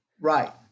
Right